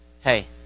Hey